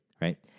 right